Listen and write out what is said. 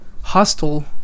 hostile